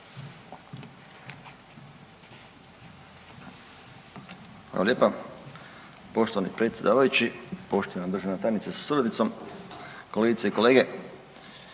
Hvala lijepa poštovani predsjedavajući, poštovana državna tajnice sa suradnicom, kolegice i kolege.